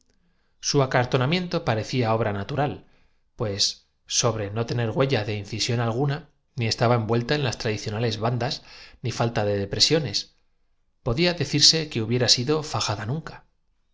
su acartonamiento parecía obra natural pues sobre no tener huella de incisión algu na ni estaba envuelta en las tradicionales bandas ni falta de depresiones podía decirse que hubiera sido fajada nunca